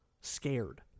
scared